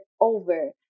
over